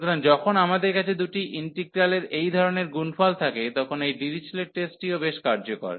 সুতরাং যখন আমাদের কাছে দুটি ইন্টিগ্রালের এই ধরণের গুনফল থাকে তখন এই ডিরিচলেট টেস্টটিও বেশ কার্যকর